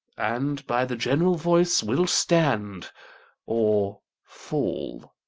and by the general voice will stand or fall.